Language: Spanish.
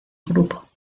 grupo